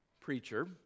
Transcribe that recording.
preacher